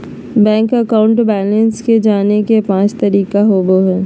bank account balance के जाने के पांच तरीका होबो हइ